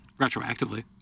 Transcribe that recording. retroactively